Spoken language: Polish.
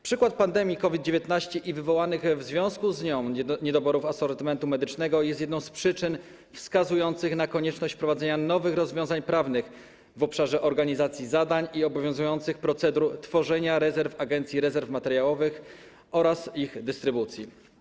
Przykład pandemii COVID-19 i wywołanych w związku z nią niedoborów asortymentu medycznego jest jedną z przyczyn wskazujących na konieczność wprowadzenia nowych rozwiązań prawnych w obszarze organizacji, zadań i obowiązujących procedur tworzenia rezerw Agencji Rezerw Materiałowych oraz ich dystrybucji.